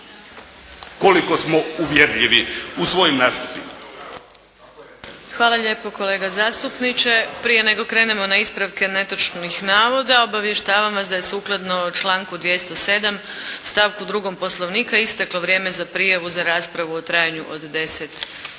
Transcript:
koliko smo uvjerljivi u svojim nastupima.